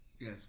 Yes